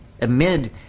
Amid